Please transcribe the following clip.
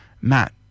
Matt